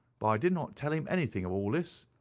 but i did not tell him anything of all this,